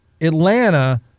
Atlanta